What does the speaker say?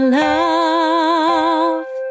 love